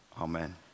Amen